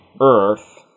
earth